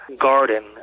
garden